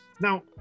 Now